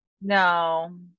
No